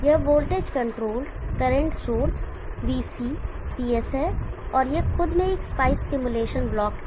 यह voltage controlled current source VC Cs है और यह खुद में एक स्पाइस सिमुलेशन ब्लॉक ही है